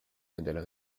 modèles